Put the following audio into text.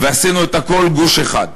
ועשינו את הכול גוש אחד,